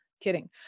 Kidding